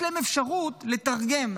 בוא תשמע איזה אבסורד: יש להם אפשרות לתרגם,